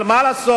אבל מה לעשות?